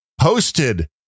posted